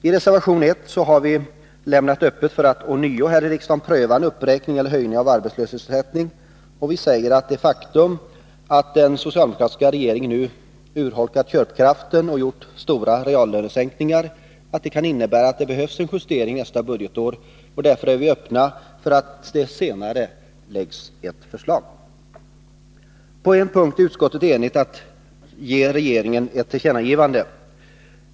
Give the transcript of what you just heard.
I reservation 1 har vi lämnat öppet för att här i riksdagen ånyo pröva en uppräkning eller höjning av arbetslöshetsersättningen, och vi säger att det faktum att den socialdemokratiska regeringen nu urholkat köpkraften och gjort stora reallönesänkningar, det kan innebära att det kan behövas en justering nästa budgetår. Därför är vi öppna för att det senare läggs ett förslag. På en punkt är utskottet enigt om att ge regeringen ett tillkännagivande.